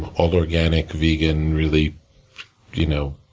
all organic, vegan, really you know